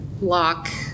lock